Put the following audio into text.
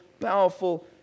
powerful